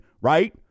right